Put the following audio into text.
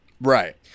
Right